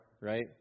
right